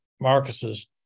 Marcus's